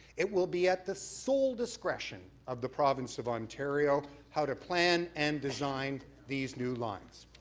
it will be at the sole discretion of the province of ontario, how to plan and design these new lines.